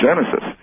Genesis